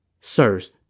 Sirs